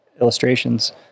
illustrations